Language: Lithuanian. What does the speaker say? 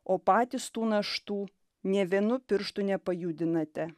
o patys tų naštų nė vienu pirštu nepajudinate